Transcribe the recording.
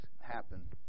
happen